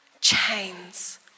chains